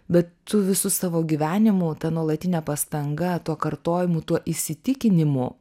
bet tu visu savo gyvenimu ta nuolatine pastanga tuo kartojimu tuo įsitikinimu